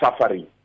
suffering